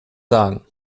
sagen